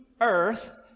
earth